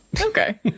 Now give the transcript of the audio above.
okay